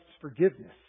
forgiveness